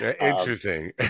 Interesting